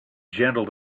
gentle